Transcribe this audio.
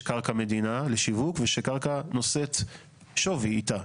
קרקע מדינה לשיווק ושקרקע נושאת שווי איתה.